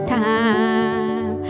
time